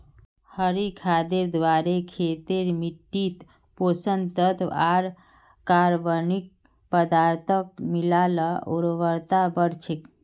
हरी खादेर द्वारे खेतेर मिट्टित पोषक तत्त्व आर कार्बनिक पदार्थक मिला ल उर्वरता बढ़ छेक